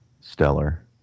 stellar